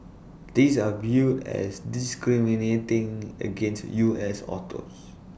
these are viewed as discriminating against U S autos